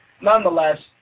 Nonetheless